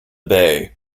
bay